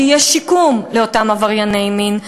שיהיה שיקום לאותם עברייני מין,